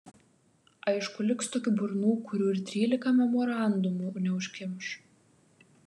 aišku liks tokių burnų kurių ir trylika memorandumų neužkimš